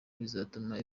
bizatuma